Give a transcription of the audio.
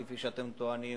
כפי שאתם טוענים,